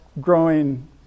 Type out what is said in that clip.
growing